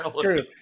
true